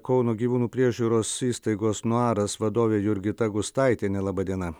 kauno gyvūnų priežiūros įstaigos nuaras vadovė jurgita gustaitienė laba diena